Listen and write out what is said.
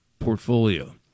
portfolio